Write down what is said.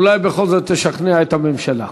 אולי בכל זאת תשכנע את הממשלה.